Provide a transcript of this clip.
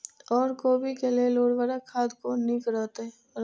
ओर कोबी के लेल उर्वरक खाद कोन नीक रहैत?